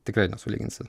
tikrai nesulyginsi